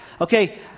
Okay